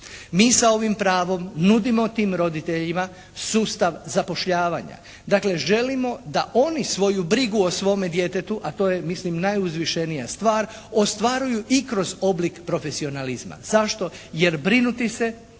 Mi sa ovim pravom nudimo tim roditeljima sustav zapošljavanja. Dakle, želimo da oni svoju brigu o svome djetetu, a to je mislim najuzvišenija stvar ostvaruju i kroz oblik profesionalizma. Zašto? Jer brinuti se